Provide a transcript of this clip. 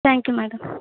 thank you madam